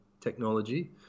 technology